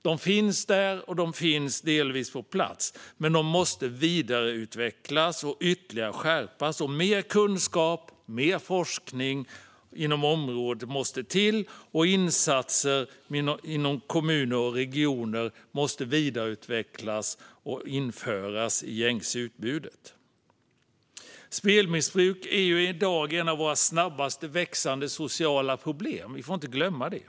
De finns delvis på plats, men de måste vidareutvecklas och ytterligare skärpas. Mer kunskap och forskning inom området måste till, och insatser inom kommuner och regioner måste vidareutvecklas och införas i gängse utbud. Spelmissbruk är i dag en av våra snabbast växande sociala problem - vi får inte glömma det.